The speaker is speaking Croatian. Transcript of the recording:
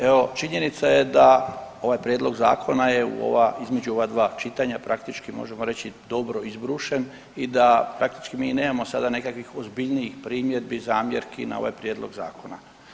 Evo činjenica je da ovaj prijedlog zakona između ova dva čitanja praktički možemo reći dobro izbrušen i da praktički mi nemamo sada nekakvih ozbiljnijih primjedbi, zamjerki na ovaj Prijedlog zakona.